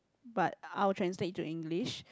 but I will translate it to English